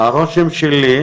אוקיי.